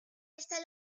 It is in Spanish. está